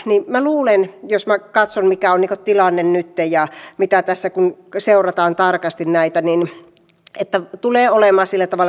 niin minä luulen jos mä katson mikä onni kotilainen tällöin matkailu ja erityisesti suunnitteilla olevat suuret sellutehtaat ja muut teollisuuslaitokset hyötyisivät